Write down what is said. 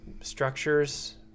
structures